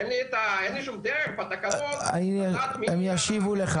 אין לי שום דרך בתקנות לדעת מי העסק --- הם ישיבו לך.